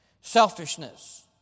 Selfishness